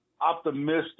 optimistic